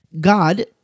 God